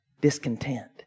discontent